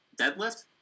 deadlift